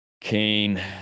Cain